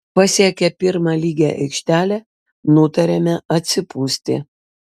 pasiekę pirmą lygią aikštelę nutarėme atsipūsti